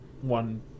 one